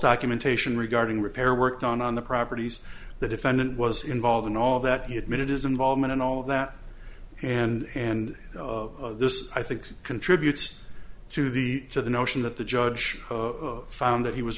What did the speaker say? documentation regarding repair work done on the properties the defendant was involved in all that he admitted his involvement in all of that and and this i think contributes to the to the notion that the judge found that he was